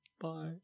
Bye